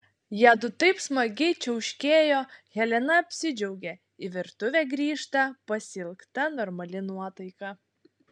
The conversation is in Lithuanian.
jiedu taip smagiai čiauškėjo helena apsidžiaugė į virtuvę grįžta pasiilgta normali nuotaika